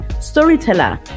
storyteller